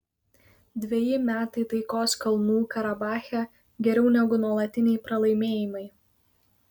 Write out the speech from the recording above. dveji metai taikos kalnų karabache geriau negu nuolatiniai pralaimėjimai